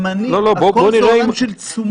ממנים, הכול זה עולם של תשומות.